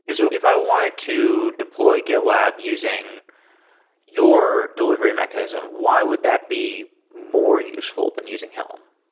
and so if i wanted to deploy gitlab using your delivery mechanism, why would that be more useful than using helm?